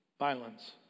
Violence